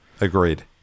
Agreed